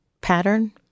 pattern